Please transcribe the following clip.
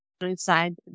inside